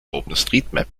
openstreetmap